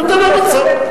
נותן להם עצות.